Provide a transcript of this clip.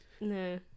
No